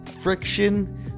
...Friction